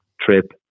trip